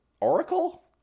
Oracle